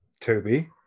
Toby